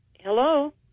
Hello